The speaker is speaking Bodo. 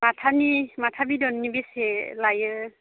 माथानि माथा बिदननि बेसे लायो